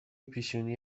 پیشونی